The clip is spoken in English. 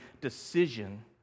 decision